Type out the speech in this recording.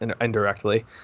indirectly